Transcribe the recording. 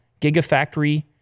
Gigafactory